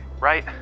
Right